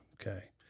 okay